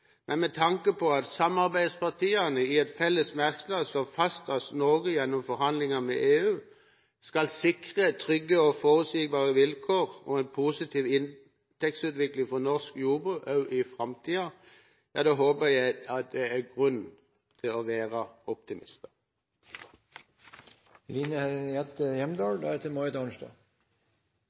men med tanke på at samarbeidspartiene i en felles merknad slår fast at Norge gjennom forhandlinger med EU, skal «sikre trygge og forutsigbare vilkår og en positiv inntektsutvikling for norsk jordbruk også i framtiden», håper jeg det er grunn til å være